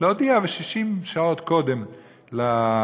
להודיע 60 שעות קודם למעביד,